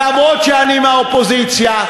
אף שאני מהאופוזיציה.